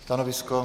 Stanovisko?